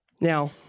Now